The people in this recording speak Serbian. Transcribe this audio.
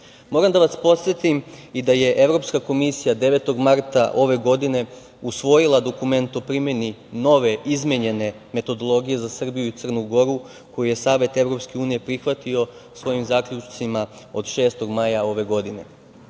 da vas podsetim i da je Evropska komisija 9. marta ove godine usvojila dokument o primeni nove izmenjene metodologije za Srbiju i Crnu Goru, koju je Savet EU prihvatio svojim zaključcima od 6. maja ove godine.